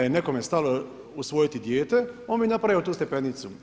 Da je nekome stalo usvojiti dijete on bi napravio tu stepenicu.